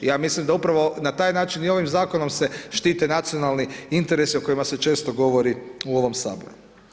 Ja mislim da upravo na taj način i ovim Zakonom se štite nacionalni interesi o kojima se često govori u ovom Saboru.